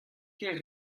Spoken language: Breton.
ket